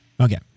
Okay